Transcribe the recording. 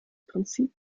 prinzip